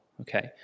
Okay